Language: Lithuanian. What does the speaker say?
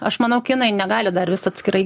aš manau kinai negali dar vis atskirai